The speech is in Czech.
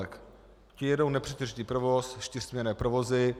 Ty jedou nepřetržitý provoz, čtyřsměnné provozy.